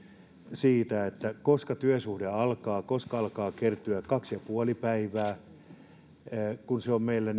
siitä koska työsuhde alkaa koska alkaa kertyä kaksi pilkku viisi päivää kun meillä